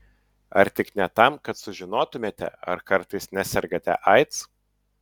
ar tik ne tam kad sužinotumėte ar kartais nesergate aids